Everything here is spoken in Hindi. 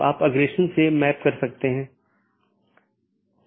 विशेषता का संयोजन सर्वोत्तम पथ का चयन करने के लिए उपयोग किया जाता है